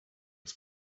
was